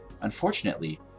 Unfortunately